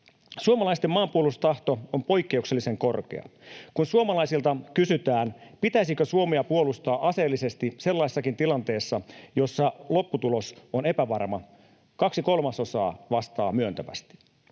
Suomalaisten maanpuolustustahto on poikkeuksellisen korkea. Kun suomalaisilta kysytään, pitäisikö Suomea puolustaa aseellisesti sellaisessakin tilanteessa, jossa lopputulos on epävarma, kaksi kolmasosaa vastaa myöntävästi.